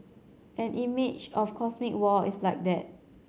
an image of cosmic war is like that